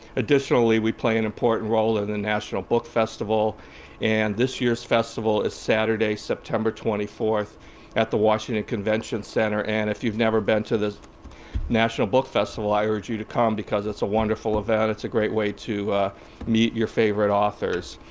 additionally, we play an important role in ah the national book festival and this year's festival is saturday, september twenty fourth at the washington convention center. and if you've never been to the national book festival, i urge you to come because it's a wonderful event. it's a great way to meet your favorite authors.